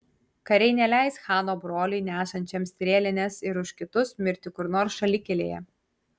kariai neleis chano broliui nešančiam strėlines ir už kitus mirti kur nors šalikelėje